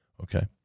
okay